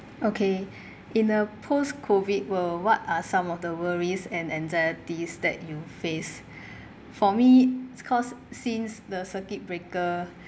okay in a post COVID world what are some of the worries and anxieties that you face for me it's cause since the circuit breaker